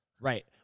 Right